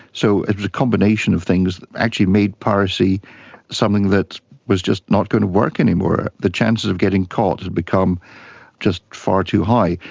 so it was a combination of things that actually made piracy something that was just not going to work anymore. the chances of getting caught had become just far too high.